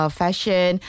fashion